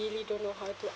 really don't know how to